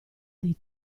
del